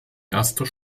erster